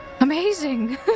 Amazing